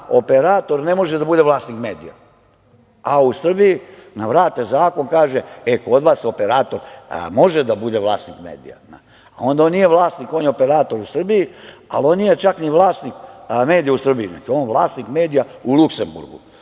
operator ne može da bude vlasnik medija, a u Srbiji nam vrate zakon, kaže, e, kod vas operator može da bude vlasnik medija. Onda on nije vlasnik, on je operator u Srbiji, ali on nije čak ni vlasnik medija u Srbiji, već je on vlasnik medija u Luksemburgu,